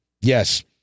Yes